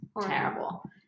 terrible